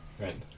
Right